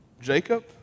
Jacob